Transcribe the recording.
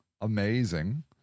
amazing